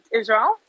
Israel